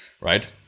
right